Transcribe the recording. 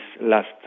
last